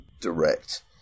direct